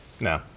No